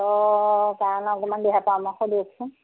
অ কাৰণ অকমান দুই এটা আমাৰ খো দিয়কচোন